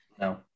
no